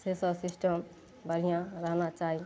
से सब सिस्टम बढ़िआँ रहना चाही